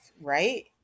right